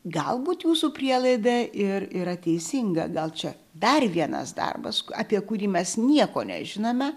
galbūt jūsų prielaida ir yra teisinga gal čia dar vienas darbas apie kurį mes nieko nežinome